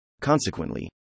Consequently